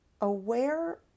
Aware